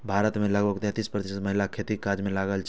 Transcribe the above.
भारत मे लगभग तैंतीस प्रतिशत महिला खेतीक काज मे लागल छै